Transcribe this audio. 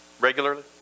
regularly